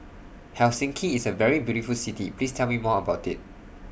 Helsinki IS A very beautiful City Please Tell Me More about IT